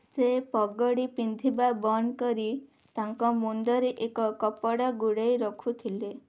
ସେ ପଗଡ଼ି ପିନ୍ଧିବା ବନ୍ଦ କରି ତାଙ୍କ ମୁଣ୍ଡରେ ଏକ କପଡା ଗୁଡ଼ାଇ ରଖୁଥିଲେ